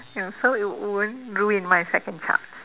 so it won't ruin my second chance